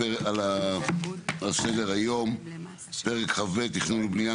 בוקר טוב לכולם על סדר היום פרק כ"ב (תכנון ובנייה)